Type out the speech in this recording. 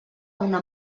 una